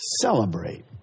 celebrate